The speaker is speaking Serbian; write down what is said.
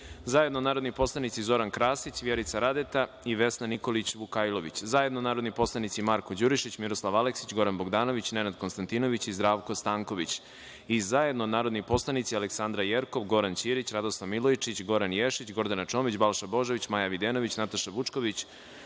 zajedno narodni poslanici Zoran Krasić, Vjerica Radeta i Vesna Nikolić Vukajlović, zajedno narodni poslanici Marko Đurišić, Miroslav Aleksić, Goran Bogdanović, Nenad Konstantinović i Zdravko Stanković i zajedno narodni poslanici Aleksandra Jerkov, Goran Ćirić, Radoslav Milojičić, Goran Ješić, Gordana Čomić, Balša Božović, Maja Videnović, Nataša Vučković,